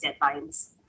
deadlines